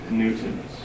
newtons